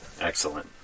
excellent